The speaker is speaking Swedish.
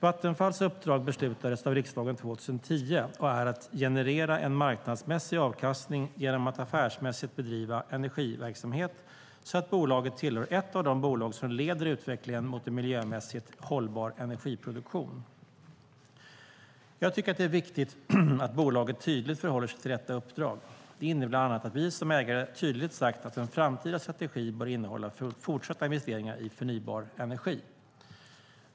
Vattenfalls uppdrag beslutades av riksdagen 2010 och är att "generera en marknadsmässig avkastning genom att affärsmässigt bedriva energiverksamhet så att bolaget tillhör ett av de bolag som leder utvecklingen mot en miljömässigt hållbar energiproduktion". Jag tycker att det är viktigt att bolaget tydligt förhåller sig till detta uppdrag. Det innebär bland annat att vi som ägare tydligt sagt att en framtida strategi bör innehålla fortsatta investeringar i förnybar energi.